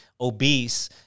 obese